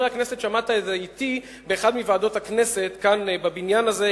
שמעת את זה אתי באחת מוועדות הכנסת כאן בבניין הזה,